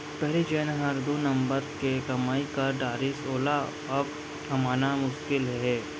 पहिली जेन हर दू नंबर के कमाई कर डारिस वोला अब कमाना मुसकिल हे